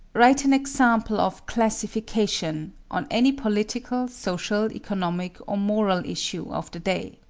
write an example of classification, on any political, social, economic, or moral issue of the day.